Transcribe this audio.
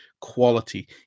quality